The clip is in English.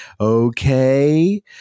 okay